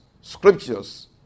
scriptures